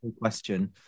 question